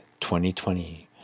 2020